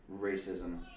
racism